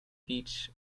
beach